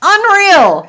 Unreal